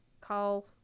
call